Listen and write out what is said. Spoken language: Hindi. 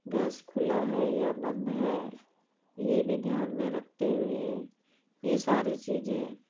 गैस खुला है या बंद है ये भी ध्यान में रखते हुए ये सारी चीज़ें